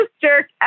jerk